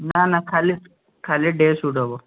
ନା ନା ଖାଲି ଖାଲି ଡେ ସୁଟ୍ ହେବ